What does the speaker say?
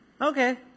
okay